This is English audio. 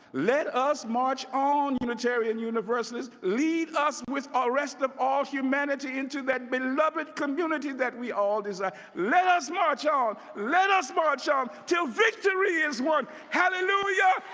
let us march on, unitarian universalists. lead us with the ah rest of all humanity into that beloved community that we all desire. let us march on. let us march on until victory is won. hallelujah.